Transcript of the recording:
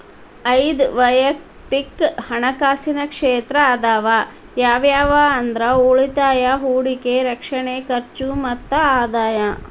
ಐದ್ ವಯಕ್ತಿಕ್ ಹಣಕಾಸಿನ ಕ್ಷೇತ್ರ ಅದಾವ ಯಾವ್ಯಾವ ಅಂದ್ರ ಉಳಿತಾಯ ಹೂಡಿಕೆ ರಕ್ಷಣೆ ಖರ್ಚು ಮತ್ತ ಆದಾಯ